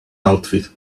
outfit